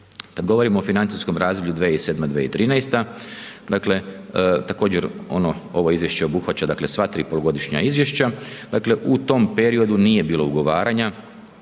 govorimo o financijskom razdoblju 2007.-2013., dakle također ono, ovo izvješće obuhvaća, dakle sva tri polugodišnja izvješća, dakle u tom periodu nije bilo ugovaranja,